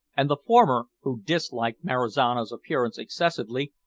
and the former, who disliked marizano's appearance excessively,